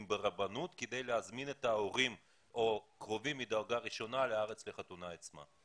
ברבנות כדי להזמין את ההורים או קרובים מדרגה ראשונה לארץ לחתונה עצמה.